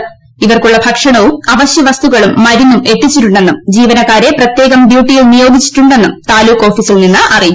ഇ്റ്ലർക്കുള്ള ഭക്ഷണവും അവശ്യ വസ്തുക്കളും മരുന്നും എത്തിച്ചിട്ടുണ്ടെന്നും ജീവനക്കാരെ പ്രത്യേകം ഡ്യൂട്ടിയിൽ നിയോഗിച്ചിട്ടുണ്ടെന്നും താലൂക്ക് ഓഫിസിൽനിന്ന് അറിയിച്ചു